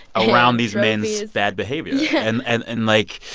around these men's bad behavior yeah and and and, like,